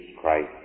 Christ